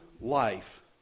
life